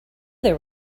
there